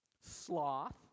sloth